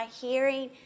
hearing